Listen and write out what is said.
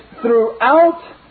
throughout